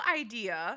idea